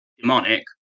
demonic